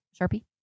Sharpie